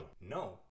No